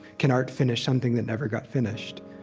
can art finish something that never got finished?